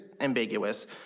ambiguous